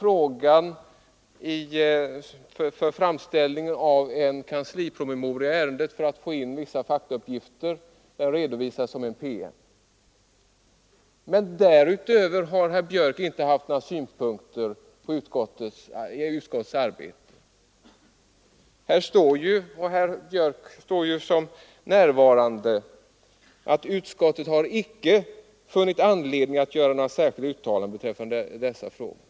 Han har aktualiserat en kanslipromemoria för att få in vissa faktauppgifter i ärendet. Men därutöver har herr Björck i utskottsarbetet inte haft några synpunkter. I utskottsbetänkandet står — och herr Björck är antecknad som närvarande vid justeringen — att utskottet icke funnit anledning att göra några särskilda uttalanden beträffande dessa frågor.